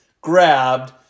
grabbed